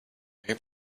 hope